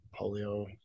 polio